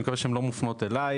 אני מקווה שהן לא מופנות אליי,